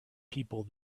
people